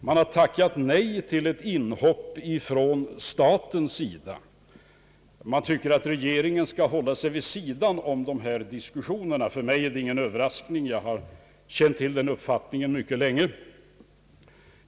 De har tackat nej till ett inhopp av regeringen, eftersom de tycker att regeringen bör hålla sig vid sidan om en sådan diskussion. För mig är det ingen nyhet — jag har känt till den uppfattningen mycket länge.